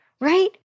right